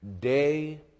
day